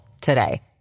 today